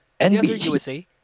NBC